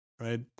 right